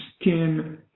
skin